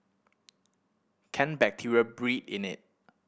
can bacteria breed in it